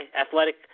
athletic